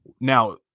Now